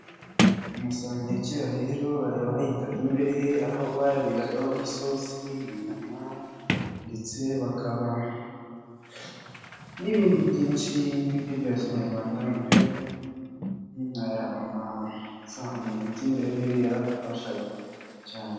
Amasahani ya kera rero aya bayitaga imbehe aho bayariragamo nk'isosi ndetse n'ibindi byinshi nk'ibiryo bya kinyarwanda amasahane yitwa imbehe yaradufashaga cyane.